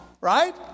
Right